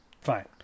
fine